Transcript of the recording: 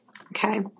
Okay